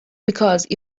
because